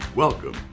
Welcome